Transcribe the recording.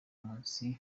munsi